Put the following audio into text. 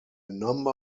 number